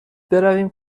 برویم